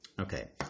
Okay